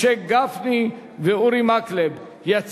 משה גפני ואורי מקלב, קריאה ראשונה.